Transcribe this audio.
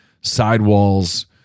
sidewalls